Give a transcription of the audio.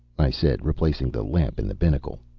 i said, replacing the lamp in the binnacle.